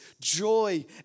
joy